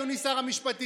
אדוני שר המשפטים.